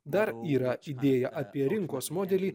dar yra idėja apie rinkos modelį